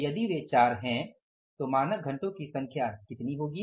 तो यदि वे 4 हैं तो मानक घंटो की संख्या कितनी होगी